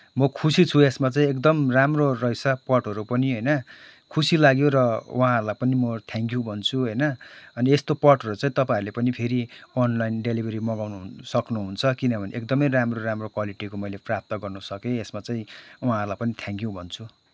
म खुसी छु यसमा चाहिँ एकदम राम्रो रहेछ पटहरू पनि होइन खुसी लाग्यो र उहाँहरूलाई पनि म थ्याङ्क्यू भन्छु होइन अनि यस्तो पटहरू चाहिँ तपाईँहरूले पनि फेरी अनलाइन डेलिभरी मगाउन सक्नुहुन्छ किनभने एकदमै राम्रो राम्रो क्वालिटीको मैले प्राप्त गर्न सकेँ यसमा चाहिँ उहाँहरूलाई पनि थ्याङ्क्यू भन्छु